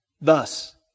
Thus